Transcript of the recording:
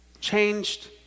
Changed